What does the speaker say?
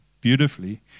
beautifully